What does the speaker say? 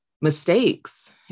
mistakes